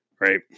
right